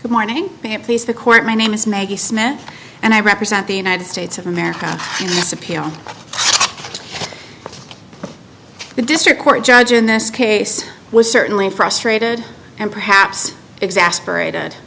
good morning ma'am please the court my name is maggie smith and i represent the united states of america as a p r district court judge in this case was certainly frustrated and perhaps exasperated